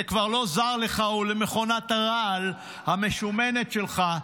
זה לא זר לך ולמכונת הרעל המשומנת שלך,